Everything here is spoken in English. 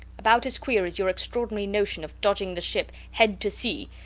about as queer as your extraordinary notion of dodging the ship head to sea,